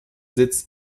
sitz